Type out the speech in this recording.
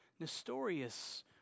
Nestorius